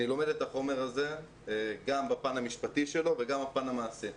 אני לומד את החומר הזה גם בפן המשפטי שלו וגם בפן המעשי.